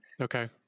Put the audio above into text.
okay